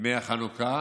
בימי החנוכה,